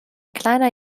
kleiner